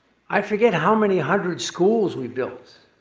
i forget how many hundred schools we built,